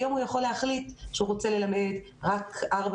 היום הוא יכול להחליט הוא רוצה ללמד רק ארבע